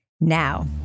now